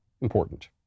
important